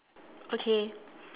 okay